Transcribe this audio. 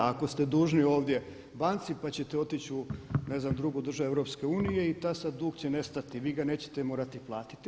Ako ste dužni ovdje banci pa ćete otići u ne znam drugu državu EU i taj sad dug će nestati, vi ga nećete morati platiti.